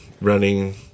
running